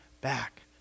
back